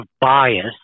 bias